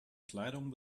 kleidung